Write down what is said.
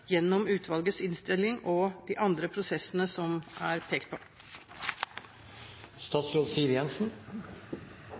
gjennom utvalgets innstilling og de andre prosessene som er pekt på?